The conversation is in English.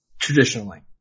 Traditionally